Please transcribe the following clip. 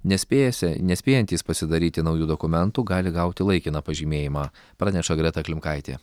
nespėjasi nespėjantys pasidaryti naujų dokumentų gali gauti laikiną pažymėjimą praneša greta klimkaitė